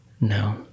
no